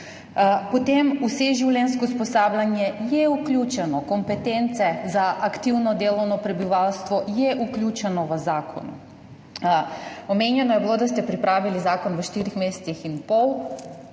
Potem, vseživljenjsko usposabljanje je vključeno, kompetence za aktivno delovno prebivalstvo so vključene v zakon. Omenjeno je bilo, da ste pripravili zakon v štirih mesecih in pol.